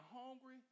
hungry